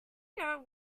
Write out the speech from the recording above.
know